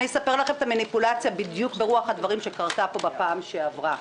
אני אספר לכם את המניפולציה בדיוק ברוח הדברים שקרתה פה בפעם שעברה.